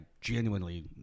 genuinely